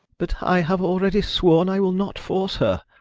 but i have already sworn i will not force her.